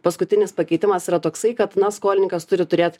paskutinis pakeitimas yra toksai kad na skolininkas turi turėt